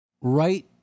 Right